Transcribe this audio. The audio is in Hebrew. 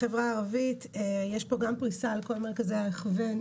בחברה הערבית יש פה גם פריסה על כל מרכזי ההכוון.